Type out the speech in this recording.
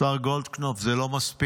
השר גולדקנופ, זה לא מספיק.